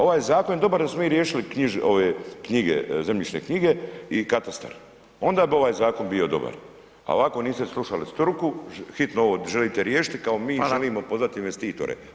Ovaj zakon je dobar jer smo mi riješili knjige, zemljišne knjige i katastar, onda bi ovaj zakon bio dobar, a ovako niste slušali struku, hitno ovo želite riješiti, kao mi [[Upadica: Hvala]] želimo pozvat investitore.